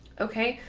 ok,